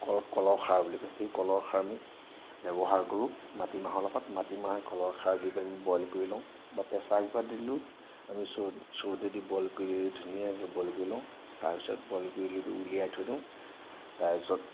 কল কলৰ খাৰ বুলি কয় সেই কলৰ খাৰ আমি ব্যৱহাৰ কৰোঁ মাটি মাহৰ লগত মাটি মাহ কলৰ খাৰ দি পেলাহেনি বইল কৰি লওঁ বা প্ৰেচাৰ কুকাৰত দি দিলোঁ আমি চৰুত চৰুতে দি বইল কৰি ধুনীয়াকৈ বইল কৰি লওঁ তাৰ পিছত বইল কৰি লৈ উলিয়াই থৈ দিওঁ তাৰ পিছত